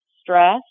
stress